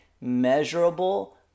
measurable